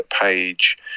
Page